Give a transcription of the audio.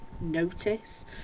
notice